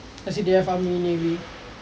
S_C_D_F army navy